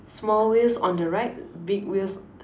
small wheels on the right big wheels